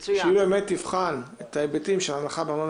והיא תבחן את ההיבטים של ההנחה בארנונה